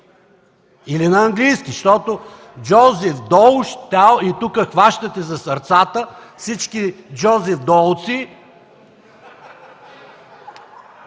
Или на английски, защото Жозеф Дол и тук се хващат за сърцата всички жозефдолци.